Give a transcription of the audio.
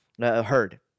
Heard